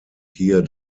hier